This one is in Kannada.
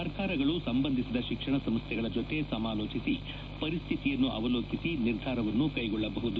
ಸರ್ಕಾರಗಳು ಸಂಬಂಧಿಸಿದ ಶಿಕ್ಷಣ ಸಂಸ್ಥೆಗಳ ಜೊತೆ ಸಮಾಲೋಚಿಸಿ ಪರಿಸ್ಡಿತಿಯನ್ನು ಅವಲೋಕಿಸಿ ನಿರ್ಧಾರವನ್ನು ಕೈಗೊಳ್ಳಬಹುದು